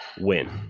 Win